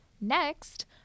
Next